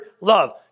love